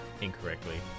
incorrectly